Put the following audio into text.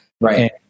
Right